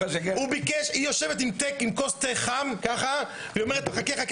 היא יושבת עם כוס תה חם והיא אומרת לו: חכה חכה,